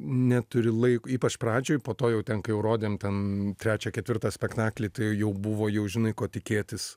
neturi laiko ypač pradžioj po to jau tenka jau rodėm ten trečią ketvirtą spektaklį tai jau buvo jau žinai ko tikėtis